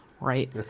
Right